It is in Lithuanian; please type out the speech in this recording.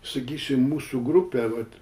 sakysim mūsų grupė vat